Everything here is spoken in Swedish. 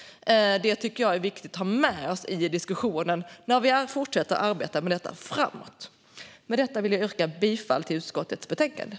Det tycker jag är viktigt att vi har med oss i diskussionen när vi fortsätter arbeta med detta framöver. Med detta vill jag yrka bifall till utskottets förslag.